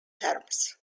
terms